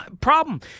problem